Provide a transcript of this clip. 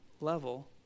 level